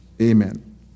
Amen